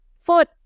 foot